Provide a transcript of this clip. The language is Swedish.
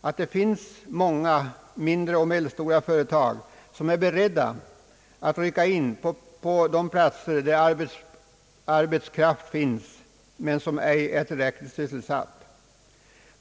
att det finns många mindre och medelstora företag, som är beredda att rycka in på de platser där arbetskraft som ej är tillräckligt sysselsatt finns.